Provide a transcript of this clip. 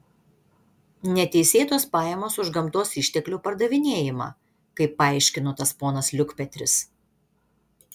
neteisėtos pajamos už gamtos išteklių pardavinėjimą kaip paaiškino tas ponas liukpetris